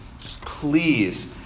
please